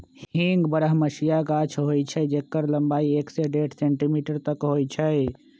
हींग बरहमसिया गाछ होइ छइ जेकर लम्बाई एक से डेढ़ सेंटीमीटर तक होइ छइ